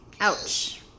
ouch